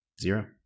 zero